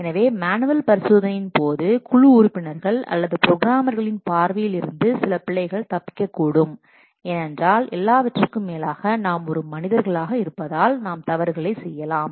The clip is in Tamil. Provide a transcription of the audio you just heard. எனவே மேனுவல் பரிசோதனையின் போது குழு உறுப்பினர்கள் அல்லது ப்ரோக்ராமர்களின் பார்வையில் இருந்து சில பிழைகள் தப்பிக்கக்கூடும் ஏனென்றால் எல்லாவற்றிற்கும் மேலாக நாம் ஒரு மனிதர்களாக இருப்பதால் நாம் தவறுகளைச் செய்யலாம்